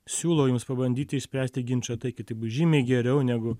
siūlo jums pabandyti išspręsti ginčą taikiai tai bus žymiai geriau negu